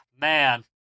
man